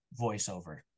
voiceover